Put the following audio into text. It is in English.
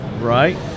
Right